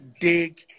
Dig